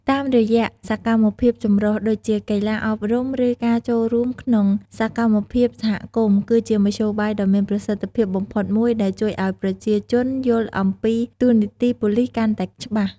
តាមរយៈសកម្មភាពចម្រុះ ដូចជា កីឡា អប់រំ ឬការចូលរួមក្នុងសកម្មភាពសហគមន៍ គឺជាមធ្យោបាយដ៏មានប្រសិទ្ធភាពបំផុតមួយដែល ជួយឲ្យប្រជាជនយល់អំពីតួនាទីប៉ូលិសកាន់តែច្បាស់។